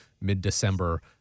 mid-December